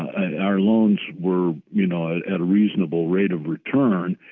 and our loans were you know at at a reasonable rate of return,